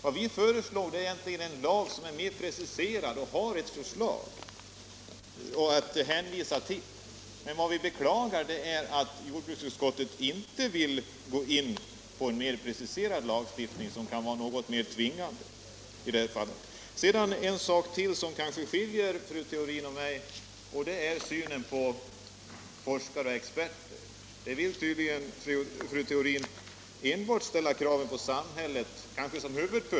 Vad vi föreslår är en lag som är mer preciserad, och vi har ett förslag att hänvisa till. Vi beklagar att jordbruksutskottet inte vill gå med på en något mer preciserad lagstiftning, som kan vara något mer tvingande i det här fallet. Sedan en annan sak, som kanske skiljer fru Theorin och mig åt, och det är synen på forskare och experter. Fru Theorin vill tydligen ställa krav enbart på samhället.